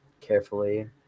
carefully